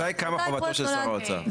מתי קמה חובתו של שר האוצר.